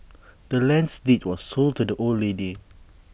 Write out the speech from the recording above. the land's deed was sold to the old lady